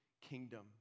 kingdom